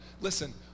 Listen